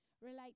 relate